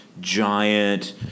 giant